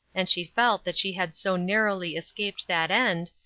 and she felt that she had so narrowly escaped that end,